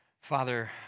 Father